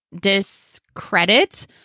discredit